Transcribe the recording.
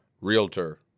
Realtor